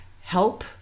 help